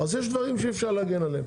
אז יש דברים שאי-אפשר להגן עליהם.